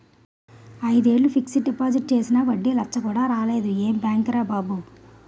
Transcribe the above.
ఐదేళ్ళు fixed deposit చేసినా వడ్డీ లచ్చ కూడా రాలేదు ఏం బాంకురా బాబూ